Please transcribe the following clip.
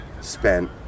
spent